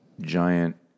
giant